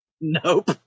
Nope